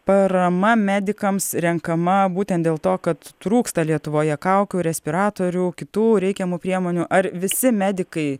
parama medikams renkama būtent dėl to kad trūksta lietuvoje kaukių respiratorių kitų reikiamų priemonių ar visi medikai